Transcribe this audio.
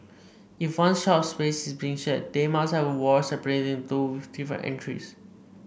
if one shop space is being shared they must have a wall separating the two with different entries